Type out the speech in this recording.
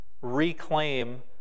reclaim